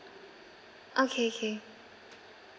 okay okay